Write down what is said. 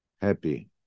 happy